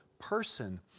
person